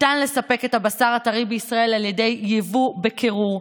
ניתן לספק את הבשר הטרי לישראל על ידי יבוא בקירור,